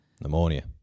Pneumonia